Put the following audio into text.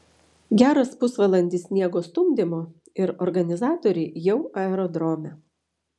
geras pusvalandis sniego stumdymo ir organizatoriai jau aerodrome